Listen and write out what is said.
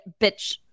bitch